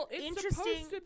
interesting